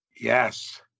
Yes